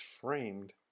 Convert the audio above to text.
framed